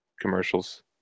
commercials